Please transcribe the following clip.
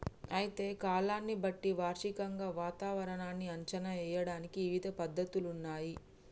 అయితే కాలాన్ని బట్టి వార్షికంగా వాతావరణాన్ని అంచనా ఏయడానికి ఇవిధ పద్ధతులున్నయ్యి